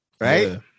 right